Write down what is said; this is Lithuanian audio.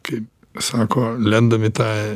kai sako lendam į tą